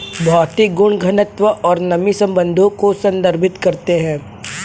भौतिक गुण घनत्व और नमी संबंधों को संदर्भित करते हैं